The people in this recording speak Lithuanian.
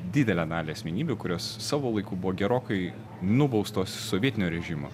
didelę dalį asmenybių kurios savo laiku buvo gerokai nubaustos sovietinio režimo